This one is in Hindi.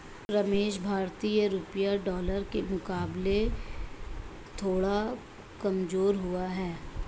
रमेश भारतीय रुपया डॉलर के मुकाबले थोड़ा कमजोर हुआ है